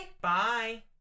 Bye